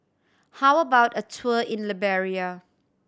how about a tour in Liberia